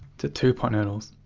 to two pot noodles.